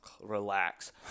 relax